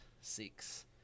six